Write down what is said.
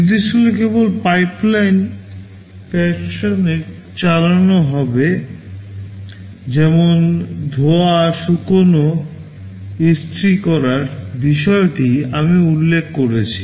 নির্দেশগুলি কেবল পাইপলাইন ফাংশানে চালানো হবে যেমন ধোয়া শুকানো ইস্ত্রি করার বিষয়টি আমি উল্লেখ করেছি